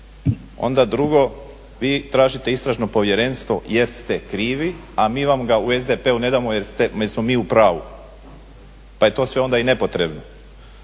Onda drugo vi tražite istražno povjerenstvo jer ste krivi, a mi vam ga u SDP-u ne damo jer smo mi u pravu, pa je to sve onda i nepotrebno.